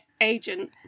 agent